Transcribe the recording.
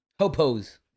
Hopos